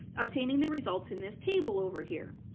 obtaining the results in this table over here.